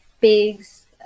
pigs